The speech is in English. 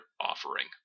offering